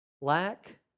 Lack